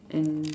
and